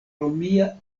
romia